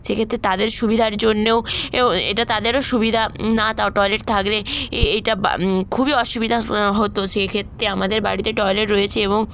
সেক্ষেত্তে তাদের সুবিধার জন্যেও এও এএটা তাদেরও সুবিধা না তাও টয়লেট থাকলে এএইটা বা খুবই অসুবিদা হতো সেইক্ষেত্রে আমাদের বাড়িতে টয়লেট রয়েছে এবং